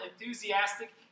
enthusiastic